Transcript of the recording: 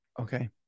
Okay